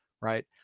right